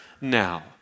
now